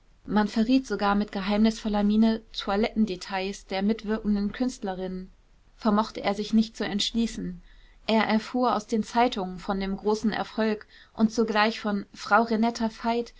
man verriet sogar mit geheimnisvoller miene toilettendetails der mitwirkenden künstlerinnen vermochte er sich nicht zu entschließen er erfuhr aus den zeitungen von dem großen erfolg und zugleich von frau renetta veit